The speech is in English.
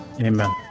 Amen